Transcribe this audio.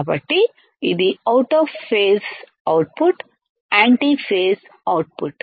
కాబట్టి ఇది out of phase output antiphase output